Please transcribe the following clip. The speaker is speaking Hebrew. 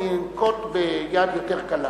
אני אנקוט יד יותר קלה.